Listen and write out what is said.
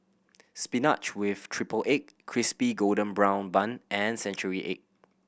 spinach with triple egg Crispy Golden Brown Bun and century egg